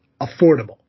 affordable